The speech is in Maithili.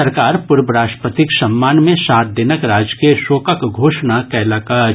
सरकार पूर्व राष्ट्रपतिक सम्मान मे सात दिनक राजकीय शोकक घोषणा कयलक अछि